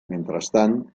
mentrestant